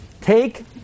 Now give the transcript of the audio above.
Take